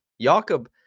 Jakob